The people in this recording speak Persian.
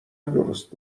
درست